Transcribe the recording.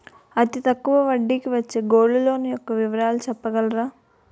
అతి తక్కువ వడ్డీ కి వచ్చే గోల్డ్ లోన్ యెక్క వివరాలు చెప్పగలరా?